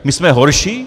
My jsme horší?